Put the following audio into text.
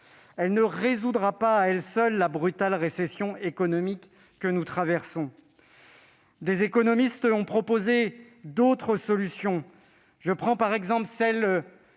Elle ne résoudra pas à elle seule la brutale récession économique que nous traversons. Des économistes ont proposé d'autres solutions ; ainsi, celle